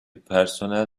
personel